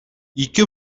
ике